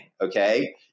okay